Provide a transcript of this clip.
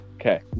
Okay